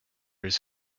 his